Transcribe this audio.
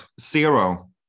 zero